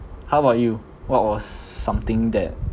how about you what was s~ something that